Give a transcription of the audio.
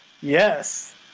Yes